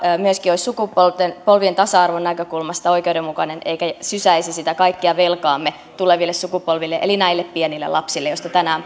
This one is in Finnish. myöskin olisi sukupolvien tasa arvon näkökulmasta oikeudenmukainen eikä sysäisi sitä kaikkea velkaamme tuleville sukupolville eli näille pienille lapsille joista tänään